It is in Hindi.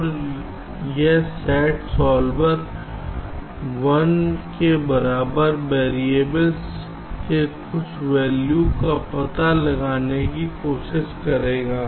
और एक SAT सॉल्वर 1 के बराबर वेरिएबल के कुछ वैल्यू का पता लगाने की कोशिश करेगा